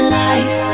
life